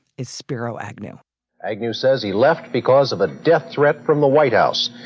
is spiro agnew agnew says he left because of a death threat from the white house.